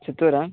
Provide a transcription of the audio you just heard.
చిత్తూరా